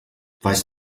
weißt